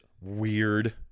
weird